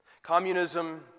Communism